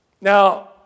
Now